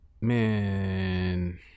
Man